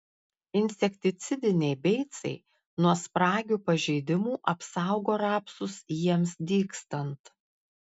insekticidiniai beicai nuo spragių pažeidimų apsaugo rapsus jiems dygstant